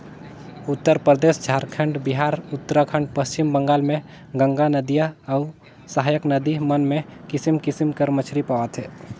उत्तरपरदेस, झारखंड, बिहार, उत्तराखंड, पच्छिम बंगाल में गंगा नदिया अउ सहाएक नदी मन में किसिम किसिम कर मछरी पवाथे